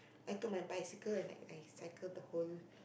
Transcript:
I took my bicycle and I cycle the whole